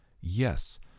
Yes